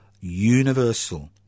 Universal